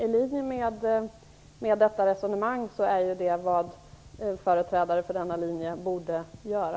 I linje med detta resonemang är det dock vad företrädare för denna linje borde göra.